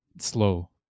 slow